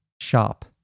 shop